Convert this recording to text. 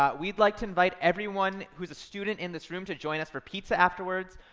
um we'd like to invited everyone who's a student in this room to join us for pizza afterwards.